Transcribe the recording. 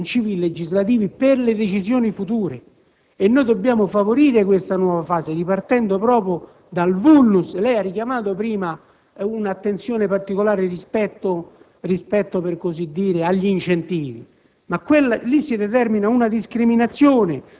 e trovare una linea univoca nell'aderenza ai princìpi legislativi per le decisioni future: dobbiamo favorire questa nuova fase, ripartendo proprio dal *vulnus*. Lei ha richiamato, in precedenza, un'attenzione particolare rispetto agli incentivi: